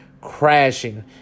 crashing